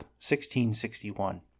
1661